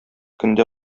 көндә